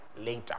later